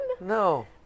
No